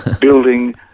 building